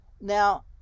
Now